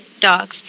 dogs